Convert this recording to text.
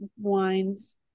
wines